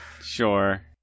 Sure